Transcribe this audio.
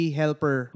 helper